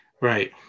Right